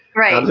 right.